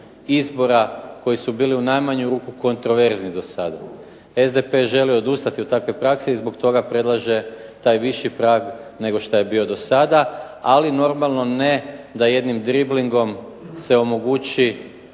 izbora koji su bili u najmanju ruku kontroverzni do sada. SDP želi odustati od takve prakse i zbog toga predlaže taj viši prag nego što je bio dosada, ali normalno ne da jednim driblingom se omogući